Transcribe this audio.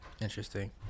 interesting